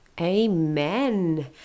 amen